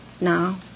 now